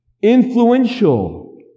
influential